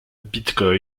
bitcoin